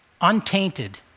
untainted